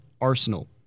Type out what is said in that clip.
arsenal